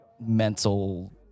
mental